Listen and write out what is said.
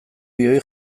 bioi